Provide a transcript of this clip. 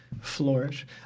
flourish